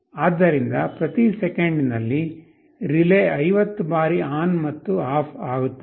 ಆದ್ದರಿಂದ ಪ್ರತಿ ಸೆಕೆಂಡಿನಲ್ಲಿ ರಿಲೇ 50 ಬಾರಿ ಆನ್ ಮತ್ತು ಆಫ್ ಆಗುತ್ತದೆ